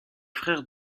frère